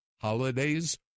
holidays